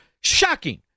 Shocking